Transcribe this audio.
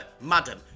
madam